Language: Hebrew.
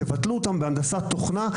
תבטלו אותן בהנדסת תוכנה,